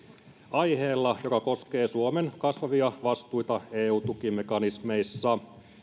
aiheella joka koskee suomen kasvavia vastuita eu tukimekanismeissa